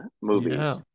movies